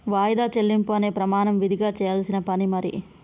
వాయిదా చెల్లింపు అనే ప్రమాణం విదిగా చెయ్యాల్సిన పని మరి